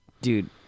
Dude